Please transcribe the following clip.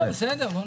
בסדר.